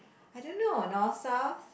I don't know north south